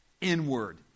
inward